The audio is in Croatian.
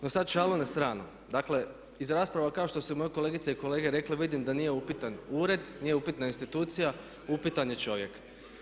No sada šalu na stranu, dakle iz rasprava kao što su moje kolegice i kolege rekle, vidim da nije upitan ured, nije upitna institucija, upitan je čovjek.